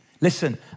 Listen